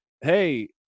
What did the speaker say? hey